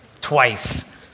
twice